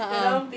uh uh